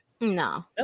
No